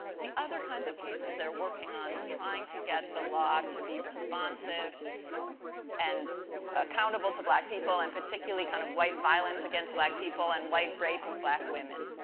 the other kinds of cases they're working on is trying to get the law to be responsive and accountable to black people and particularly kind of white violence against black people and white rape of black women.